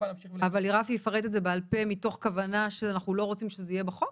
אבל רפי יפרט את זה בעל פה מתוך כוונה שאנחנו לא רוצים שזה יהיה בחוק?